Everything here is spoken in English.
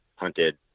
hunted